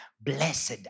Blessed